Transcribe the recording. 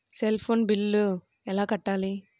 Cell phone bill ఎలా కట్టారు?